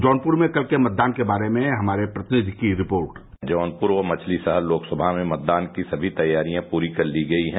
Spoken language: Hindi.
जौनपुर में कल के मतदान के बारे में हमारे प्रतिनिधि की एक रिपोर्ट जौनपुर और मछली शहर लोकसभा में मतदान की सभी तैयारियां पूरी कर ली गयी हैं